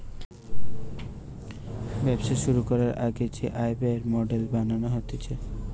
ব্যবসা শুরু করবার আগে যে আয় ব্যয়ের মডেল বানানো হতিছে